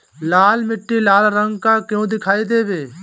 लाल मीट्टी लाल रंग का क्यो दीखाई देबे?